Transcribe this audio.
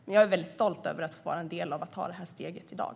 Men jag är stolt över att få vara med och ta steget i dag.